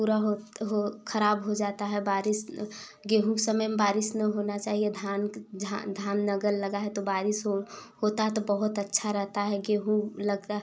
पूरा होत हो खराब हो जाता है बारिश गेहूँ के समय में बारिश न होना चाहिए धान जहाँ धान अगर लगा है तो बारिश हो होता है तो बहुत अच्छा रहता है गेहूँ लगता